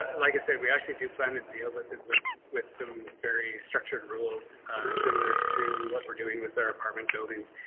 like i said, we actually do plan to deal with with with some very structured rules similar to what we're doing with their apartment buildings.